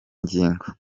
ngingo